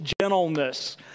gentleness